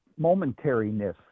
momentariness